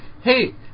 hey